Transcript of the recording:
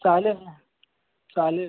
चालेल ना चालेल